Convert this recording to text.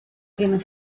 prima